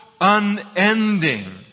unending